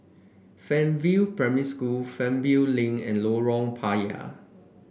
Fernvale Primary School Fernvale Link and Lorong Payah